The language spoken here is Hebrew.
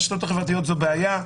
הרשתות החברתיות זו בעיה,